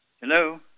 Hello